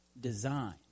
design